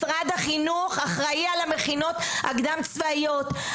משרד החינוך אחראי על המכינות הקדם הצבאיות.